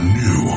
new